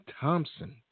Thompson